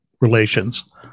relations